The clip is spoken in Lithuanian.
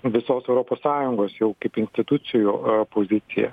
visos europos sąjungos jau kaip institucijų pozicija